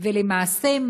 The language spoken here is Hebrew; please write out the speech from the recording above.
3. למעשה,